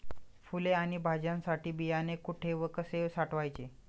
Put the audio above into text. फुले आणि भाज्यांसाठी बियाणे कुठे व कसे साठवायचे?